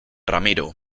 ramiro